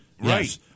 right